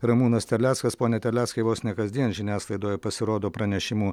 ramūnas terleckas pone terleckai vos ne kasdien žiniasklaidoje pasirodo pranešimų